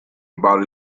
about